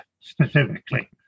specifically